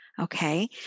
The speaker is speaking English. Okay